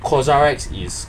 Cosrx is